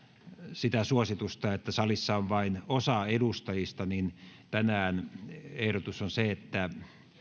sitä suositusta että salissa on vain osa edustajista niin tänään ehdotus on se että